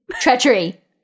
Treachery